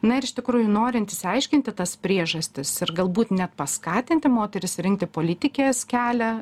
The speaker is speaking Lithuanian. na ir iš tikrųjų norint išsiaiškinti tas priežastis ir galbūt net paskatinti moteris rinkti politikės kelią